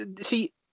See